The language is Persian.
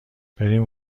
بریم